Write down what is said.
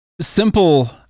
Simple